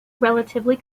relatively